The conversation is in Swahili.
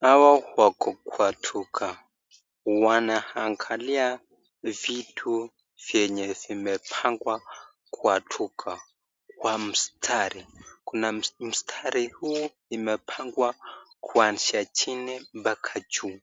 Hawa wako Kwa duka wanaangalia vitu ambavyo yamepakwa Kwa duka Kwa mstari kuna mstari hii imepakwa kuanzia chini paka juu